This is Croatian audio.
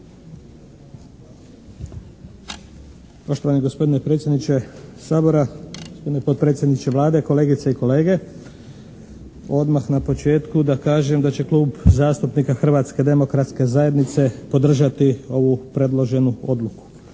Poštovani gospodine predsjedniče Sabora, gospodine potpredsjedniče Vlade, kolegice i kolege. Odmah na početku da kažem da će Klub zastupnika Hrvatske demokratske zajednice podržati ovu predloženu odluku.